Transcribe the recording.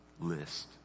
list